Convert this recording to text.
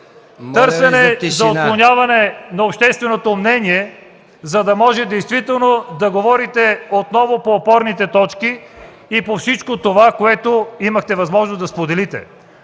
бързане за отклоняване на общественото мнение, за да може да говорите отново по опорните точки и по всичко онова, което имахте възможност да споделите.